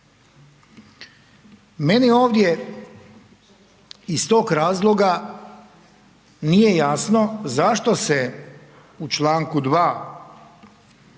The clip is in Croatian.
Meni ovdje, iz tog razloga, nije jasno, zašto se u čl. 2.